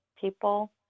people